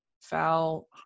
foul